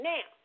Now